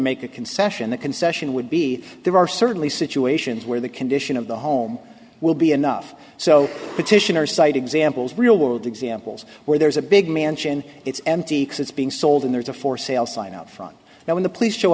make a concession the concession would be there are certainly situations where the condition of the home will be enough so petitioner cite examples real world examples where there is a big mansion it's empty being sold and there's a for sale sign out front now when the police show